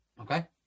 Okay